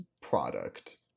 product